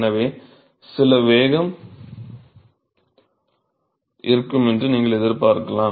எனவே சில வேகம் இருக்கும் என்று நீங்கள் எதிர்பார்க்கலாம்